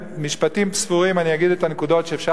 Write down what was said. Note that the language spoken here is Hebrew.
במשפטים ספורים אני אגיד את הנקודות שאפשר